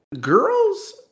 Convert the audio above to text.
girls